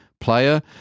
player